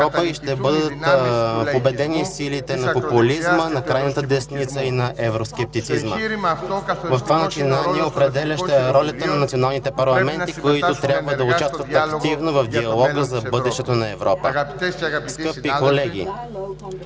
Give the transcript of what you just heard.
и ще бъдат победени силите на популизма, на крайната десница и на евроскептицизма. В това начинание определяща е ролята на националните парламенти, които трябва да участват активно в диалога за бъдещето на Европа. Скъпи колеги,